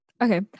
Okay